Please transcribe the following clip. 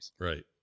Right